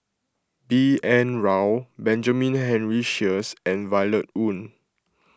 B N Rao Benjamin Henry Sheares and Violet Oon